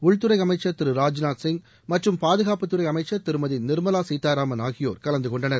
உள்துறை அமைச்சர் திரு ராஜ்நாத் சிங மற்றும் பாதுகாப்புத்துறை அமைச்சர் திருமதி நிர்மலா சீதாராமன் ஆகியோர் கலந்து கொண்டனர்